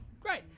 Great